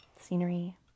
scenery